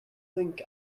think